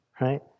right